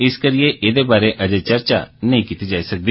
इस करियै एहदे बारै अजें चर्चा नेई कीती जाई सकदी